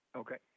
okay